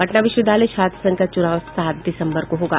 पटना विश्वविद्यालय छात्र संघ का चूनाव सात दिसम्बर को होगा